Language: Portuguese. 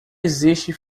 existe